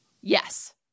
Yes